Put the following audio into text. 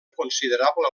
considerable